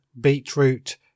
beetroot